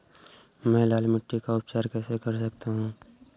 मैं लाल मिट्टी का उपचार कैसे कर सकता हूँ?